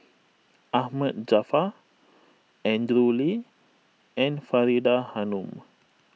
Ahmad Jaafar Andrew Lee and Faridah Hanum